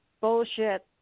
bullshit